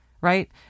Right